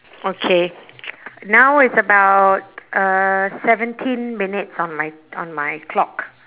okay now it's about uh seventeen minutes on my on my clock